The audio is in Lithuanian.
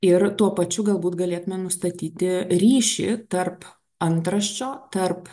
ir tuo pačiu galbūt galėtume nustatyti ryšį tarp antraščio tarp